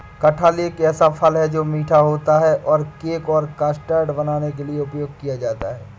कटहल एक ऐसा फल है, जो मीठा होता है और केक और कस्टर्ड बनाने के लिए उपयोग किया जाता है